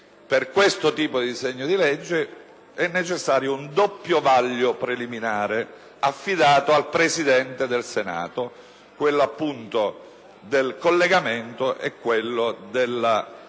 per questo tipo di disegno di legge è necessario un doppio vaglio preliminare, affidato al Presidente del Senato: quello del collegamento e quello